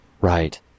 right